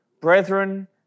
Brethren